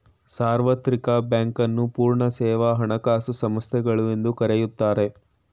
ಸಾರ್ವತ್ರಿಕ ಬ್ಯಾಂಕ್ ನ್ನು ಪೂರ್ಣ ಸೇವಾ ಹಣಕಾಸು ಸಂಸ್ಥೆಗಳು ಎಂದು ಕರೆಯುತ್ತಾರೆ